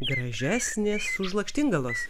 gražesnės už lakštingalos